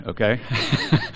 okay